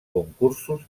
concursos